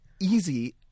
easy